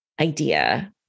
idea